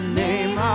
name